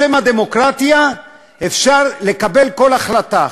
בשם הדמוקרטיה אפשר לקבל כל החלטה.